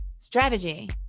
Strategy